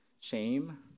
shame